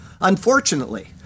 Unfortunately